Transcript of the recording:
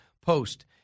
Post